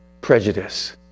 prejudice